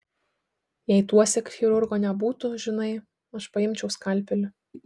jei tuosyk chirurgo nebūtų žinai aš paimčiau skalpelį